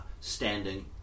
standing